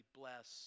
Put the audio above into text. bless